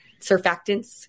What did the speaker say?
surfactants